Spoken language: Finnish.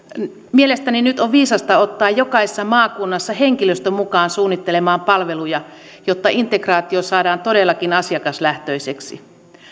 mielestäni nyt on viisasta ottaa jokaisessa maakunnassa henkilöstö mukaan suunnittelemaan palveluja jotta integraatio saadaan todellakin asiakaslähtöiseksi